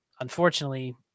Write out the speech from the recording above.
unfortunately